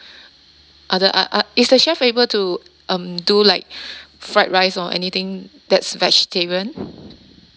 are the are are is the chef able to um do like fried rice or anything that's vegetarian